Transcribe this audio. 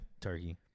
turkey